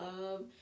love